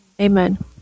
Amen